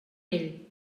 ell